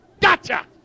Gotcha